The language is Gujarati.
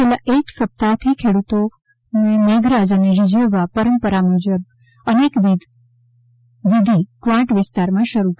છેલ્લા એક સપ્તાહથી ખેડૂતોને મેઘરાજાને રીઝવવા પરંપરા મૂજબ અનેકવિધિ ક્વાંટ વિસ્તારમાં શરૂ કરી હતી